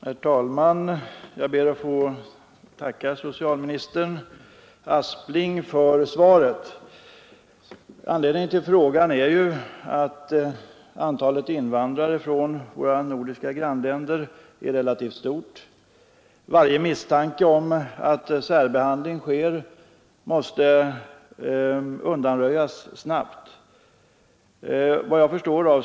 Herr talman! Jag ber att få tacka socialminister Aspling för svaret. 3 Anledningen till min fråga är att antalet invandrare från våra nordiska grannländer är relativt stort. Varje misstanke om att särbehandling förekommer måste undanröjas snabbt.